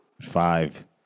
five